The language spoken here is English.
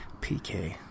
PK